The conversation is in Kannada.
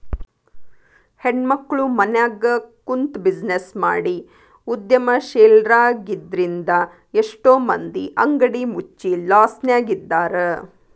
ಹೆಣ್ಮಕ್ಳು ಮನ್ಯಗ ಕುಂತ್ಬಿಜಿನೆಸ್ ಮಾಡಿ ಉದ್ಯಮಶೇಲ್ರಾಗಿದ್ರಿಂದಾ ಎಷ್ಟೋ ಮಂದಿ ಅಂಗಡಿ ಮುಚ್ಚಿ ಲಾಸ್ನ್ಯಗಿದ್ದಾರ